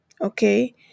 okay